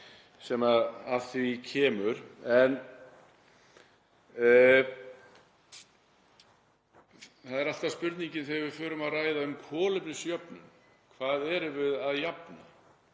sem að því kemur. Það er alltaf spurningin þegar við förum að ræða um kolefnisjöfnun: Hvað erum við að jafna?